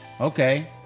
Okay